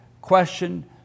question